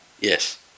Yes